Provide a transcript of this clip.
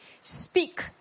Speak